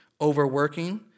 overworking